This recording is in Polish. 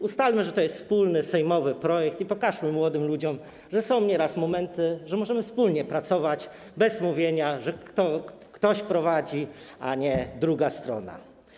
Ustalmy, że to jest wspólny sejmowy projekt, i pokażmy młodym ludziom, że są nieraz momenty, że możemy wspólnie pracować bez mówienia, że ktoś prowadzi, a nie druga strona.